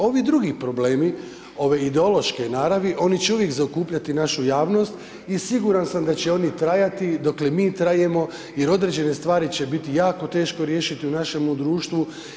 Ovi drugi problemi ove ideološke naravi oni će uvijek zaokupljati našu javnost i siguran sam da će oni trajati dokle mi trajemo jer određene stvari će biti jako teško riješiti u našemu društvu.